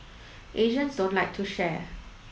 Asians don't like to share